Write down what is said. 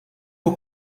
aux